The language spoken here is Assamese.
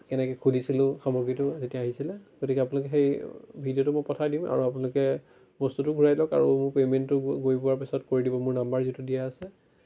কেনেকৈ খুলিছিলোঁ সামগ্ৰীটো যেতিয়া আহিছিলে গতিকে আপোনালোকে সেই ভিডিঅ'টো মই পঠাই দিওঁ আৰু আপোনালোকে বস্তুটো ঘূৰাই লওক আৰু পেমেণ্টটো গৈ গৈ পোৱাৰ পিছত কৰি দিব মোৰ নাম্বাৰ যিটো দিয়া আছে